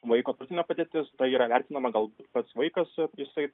vaiko turtinė padėtis yra vertinama gal pats vaikas jisai